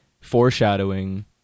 Foreshadowing